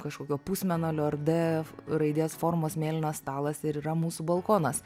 kažkokio pusmėnulio ar d raidės formos mėlynas stalas ir yra mūsų balkonas